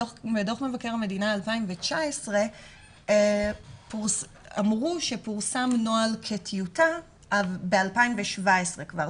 בדוח מבקר המדינה 2019 אמרו שפורסם נוהל כטיוטה ב-2017 כבר,